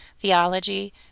theology